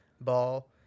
ball